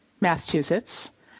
Massachusetts